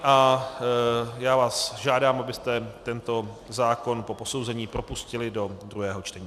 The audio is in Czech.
A já vás žádám, abyste tento zákon po posouzení propustili do druhého čtení.